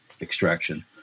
extraction